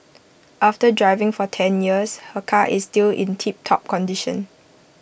after driving for ten years her car is still in tiptop condition